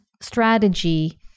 strategy